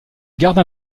garde